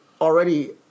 already